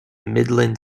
midland